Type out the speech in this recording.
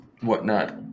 whatnot